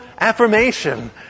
affirmation